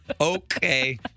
Okay